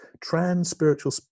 trans-spiritual